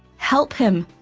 help him,